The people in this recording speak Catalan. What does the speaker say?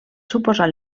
suposar